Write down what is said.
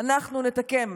אנחנו נתקן.